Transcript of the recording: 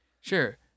Sure